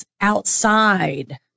outside